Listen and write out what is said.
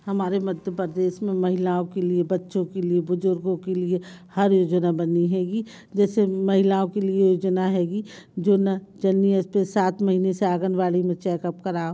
हमारे मध्य प्रदेश में महिलाओं के लिए बच्चों के लिए बुजुर्गों के लिए हर योजना बनी हैगी जैसे महिलाओं के लिए योजना हैगी जो न जननी इस पर सात महीने से आँगनवाड़ी में चेकअप कराओ